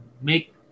make